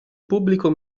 pubblico